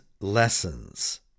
lessons